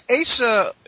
Asa